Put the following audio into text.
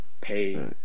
pay